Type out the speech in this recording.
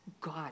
God